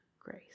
grace